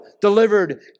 delivered